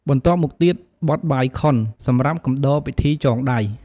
បន្ទាប់មកទៀត បទបាយខុន សម្រាប់កំដរពិធីចងដៃ។